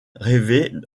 rêvait